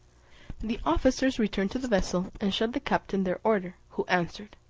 the officers returned to the vessel and shewed the captain their order, who answered,